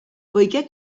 poiché